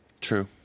True